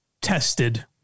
tested